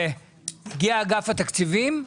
הגיע אגף התקציבים?